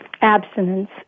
abstinence